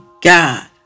God